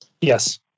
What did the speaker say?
Yes